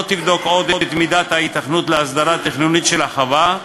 תבדוק עוד את מידת ההיתכנות להסדרה תכנונית של החווה,